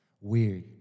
weird